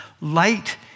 Light